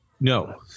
no